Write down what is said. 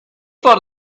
for